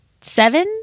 seven